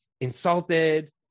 insulted